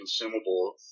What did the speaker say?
consumable